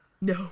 no